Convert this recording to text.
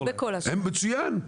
מצוין.